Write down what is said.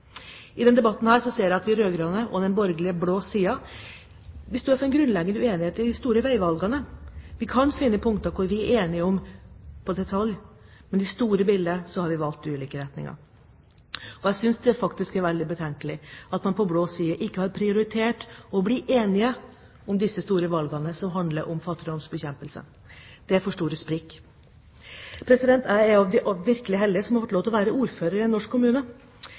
ser jeg at de rød-grønne og den borgerlige blå siden står for en grunnleggende uenighet om de store veivalgene. Vi kan finne punkter som vi er enige om i detalj, men i det store bildet har vi valgt ulike retninger. Jeg synes faktisk det er veldig betenkelig at man på blå side ikke har prioritert å bli enige om disse store valgene som handler om fattigdomsbekjempelse. Det er for store sprik. Jeg er blant de virkelig heldige som har fått lov til å være ordfører i en norsk kommune.